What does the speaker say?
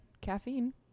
caffeine